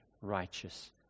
righteous